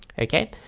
okay?